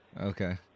okay